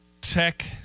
Tech